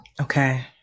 Okay